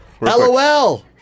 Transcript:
LOL